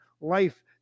life